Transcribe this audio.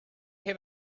have